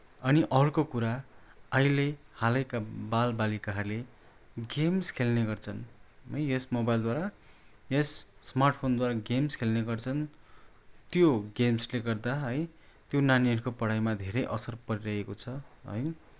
अनि अर्को कुरा अहिले हालैका बाल बालिकाहरूले गेम्स खेल्ने गर्छन है यस मोबाइलद्वारा यस स्मार्टफोनद्वारा गेम्स खेल्ने गर्छन् त्यो गेम्सले गर्दा है त्यो नानीहरूको पढाइमा धेरै असर परिरहेको छ है